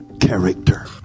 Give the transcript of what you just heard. character